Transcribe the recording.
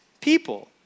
people